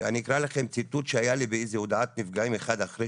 אני אקרא לכם ציטוט שהיה לי באיזו הודעת נפגעים אחת,